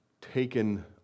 taken